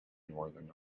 northern